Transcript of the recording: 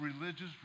religious